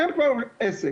אין כבר עסק.